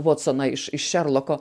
vuotsoną iš iš šerloko